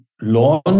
Launch